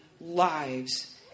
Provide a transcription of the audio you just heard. lives